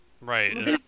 right